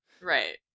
right